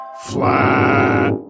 Flat